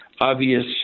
obvious